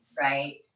right